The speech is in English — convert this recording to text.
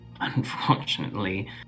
unfortunately